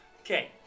Okay